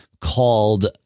called